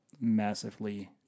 massively